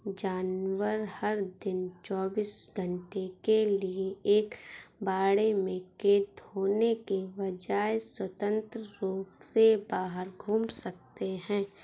जानवर, हर दिन चौबीस घंटे के लिए एक बाड़े में कैद होने के बजाय, स्वतंत्र रूप से बाहर घूम सकते हैं